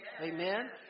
amen